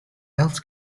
else